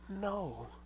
No